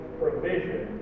provision